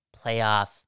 playoff